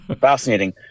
fascinating